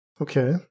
Okay